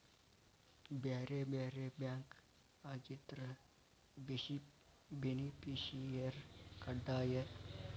ಬ್ಯಾರೆ ಬ್ಯಾರೆ ಬ್ಯಾಂಕ್ ಆಗಿದ್ರ ಬೆನಿಫಿಸಿಯರ ಕಡ್ಡಾಯ